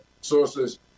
sources